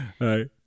Right